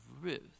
Ruth